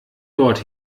dort